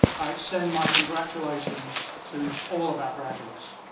i extend my congratulations to all of our graduates.